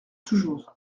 toujours